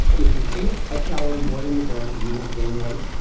if you eat a calorie more than you burn, you will gain weight.